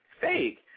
fake